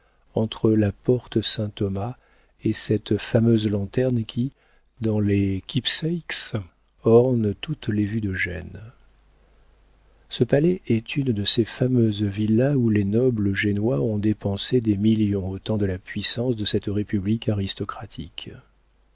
entre la porte saint-thomas et cette fameuse lanterne qui dans les keepsakes orne toutes les vues de gênes ce palais est une de ces fameuses villas où les nobles génois ont dépensé des millions au temps de la puissance de cette république aristocratique